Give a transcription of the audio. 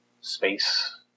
space